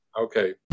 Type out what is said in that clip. Okay